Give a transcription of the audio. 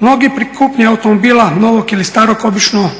Mnogi pri kupnji automobila novog ili starog obično